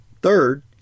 Third